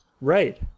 Right